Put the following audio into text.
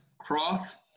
Cross